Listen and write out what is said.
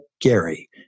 Gary